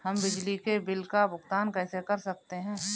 हम बिजली के बिल का भुगतान कैसे कर सकते हैं?